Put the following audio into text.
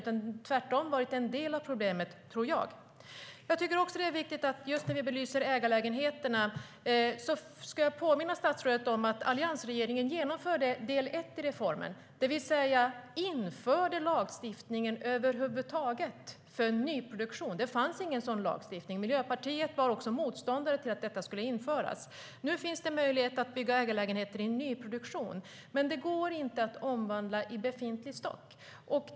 Tvärtom har de varit en del av problemen. När det gäller ägarlägenheterna vill jag påminna statsrådet om att alliansregeringen genomförde den första delen i reformen, det vill säga införde lagstiftningen för nyproduktion. Det fanns ingen sådan lagstiftning. Miljöpartiet var också motståndare till att den skulle införas. Nu finns det möjlighet att bygga ägarlägenheter i nyproduktion, men det går inte att omvandla i befintlig stock.